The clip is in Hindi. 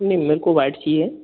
नईं मेरे को वाइट चाहिए